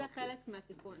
זה חלק מהתיקון.